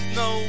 no